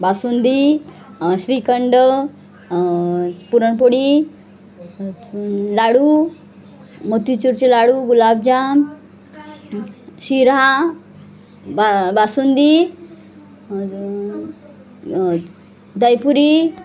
बासुंदी श्रीखंड पुरणपोळी अजून लाडू मोतीचूरचे लाडू गुलाबजाम शिरा बासुंदी दहीपुरी